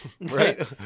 Right